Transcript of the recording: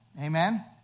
Amen